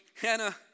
Hannah